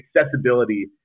accessibility